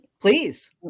please